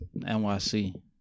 NYC